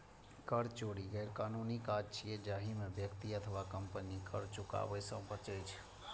कर चोरी गैरकानूनी काज छियै, जाहि मे व्यक्ति अथवा कंपनी कर चुकाबै सं बचै छै